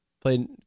Played